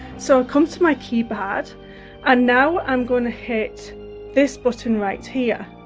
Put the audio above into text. so come to my keypad and now i'm going to hit this button right here